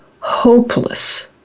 hopeless